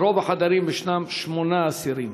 ברוב החדרים יש שמונה אסירים,